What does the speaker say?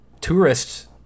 tourists